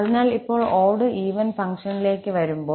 അതിനാൽ ഇപ്പോൾ odd even ഫംഗ്ഷനിലേക്ക് വരുമ്പോൾ